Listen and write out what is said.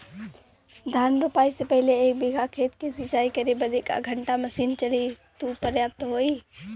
धान रोपाई से पहिले एक बिघा खेत के सिंचाई करे बदे क घंटा मशीन चली तू पर्याप्त होई?